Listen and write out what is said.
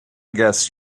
guess